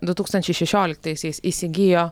du tūkstančiai šešioliktaisiais įsigijo